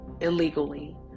illegally